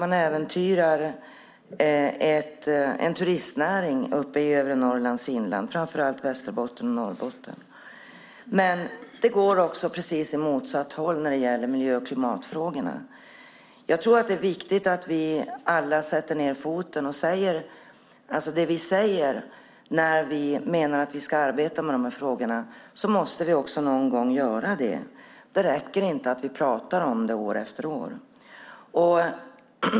Man äventyrar inte bara turistnäringen i övre Norrlands inland, framför allt i Västerbotten och Norrbotten, utan det går också åt precis motsatt håll när det gäller miljö och klimatfrågorna. Jag tror att det är viktigt att vi alla sätter ned foten. När vi säger att vi ska arbeta med de här frågorna måste vi också någon gång göra det. Det räcker inte att vi pratar om det år efter år.